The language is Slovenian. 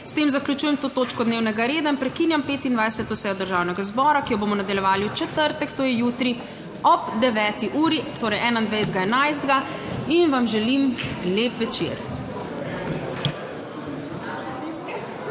S tem zaključujem to točko dnevnega reda in prekinjam 25. sejo Državnega zbora, ki jo bomo nadaljevali v četrtek, to je jutri ob 9. uri, torej 21. 11. in vam želim lep večer!